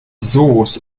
source